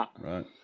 Right